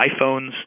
iPhones